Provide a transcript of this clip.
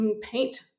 paint